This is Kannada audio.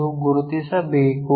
ಎಂದು ಗುರುತಿಸಬೇಕು